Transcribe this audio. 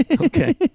Okay